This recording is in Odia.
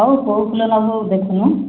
ହଉ କେଉଁ ଫୁଲ ନେବୁ ଦେଖୁନୁ